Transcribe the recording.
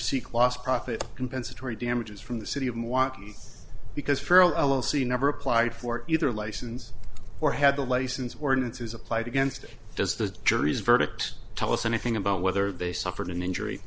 seek lost profit compensatory damages from the city of want because paralyse never applied for either license or had the license ordinances applied against it does the jury's verdict tell us anything about whether they suffered an injury